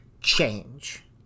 change